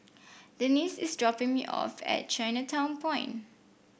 Denice is dropping me off at Chinatown Point